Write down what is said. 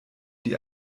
die